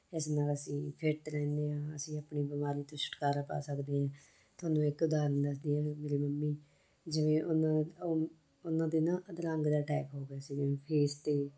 ਇਸ ਨਾਲ ਅਸੀਂ ਫਿੱਟ ਰਹਿੰਦੇ ਹਾਂ ਅਸੀਂ ਆਪਣੀ ਬਿਮਾਰੀ ਤੋਂ ਛੁਟਕਾਰਾ ਪਾ ਸਕਦੇ ਹੈ ਤੁਹਾਨੂੰ ਇੱਕ ਉਦਾਹਰਨ ਦੱਸਦੀ ਹਾਂ ਵੀ ਮੇਰੇ ਮੰਮੀ ਜਿਵੇਂ ਉਹਨਾਂ ਉ ਉਹਨਾਂ ਦੇ ਨਾ ਅਧਰੰਗ ਦਾ ਅਟੈਕ ਹੋ ਗਿਆ ਸੀ ਜਿਵੇਂ ਫੇਸ 'ਤੇ